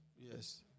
Yes